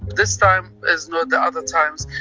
this time is not the other times.